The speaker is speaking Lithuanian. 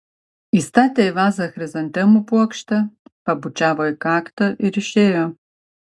įstatė į vazą chrizantemų puokštę pabučiavo į kaktą ir išėjo